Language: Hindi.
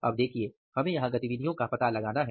अब देखिये हमें यहाँ गतिविधियों का पता लगाना है